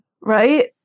Right